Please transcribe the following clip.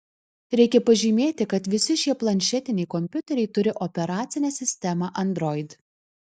reikia pažymėti kad visi šie planšetiniai kompiuteriai turi operacinę sistemą android